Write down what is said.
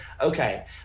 okay